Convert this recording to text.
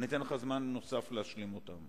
אתן לך זמן נוסף להשלים אותם.